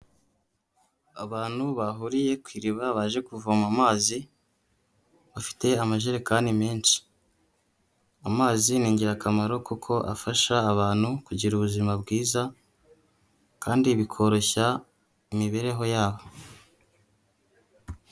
Abantu bahuriye ku iriba baje kuvoma amazi, bafite amajerekani menshi. Amazi ni ingirakamaro kuko afasha abantu kugira ubuzima bwiza kandi bikoroshya imibereho yabo.